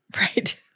Right